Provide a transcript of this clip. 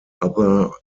other